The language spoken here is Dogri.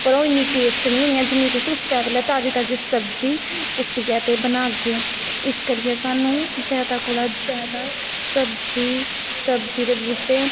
पर ओह् इन्नी टेस्ट निं होनी ऐ जिन्नी तुस उस्सै बेल्लै ताज़ी ताज़ी सब्जी पुट्टियै ते बनागे इस करियै सानूं जादा कोला जादा सब्जी सब्जी दे बूह्टे